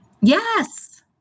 Yes